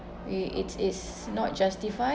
i~ it is not justified